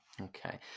Okay